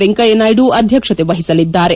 ವೆಂಕಯ್ನಾಯ್ತು ಅಧ್ಯಕ್ಷತೆ ವಹಿಸಲಿದ್ದಾರೆ